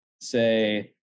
say